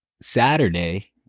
Saturday